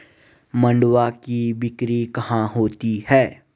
मंडुआ की बिक्री कहाँ होती है?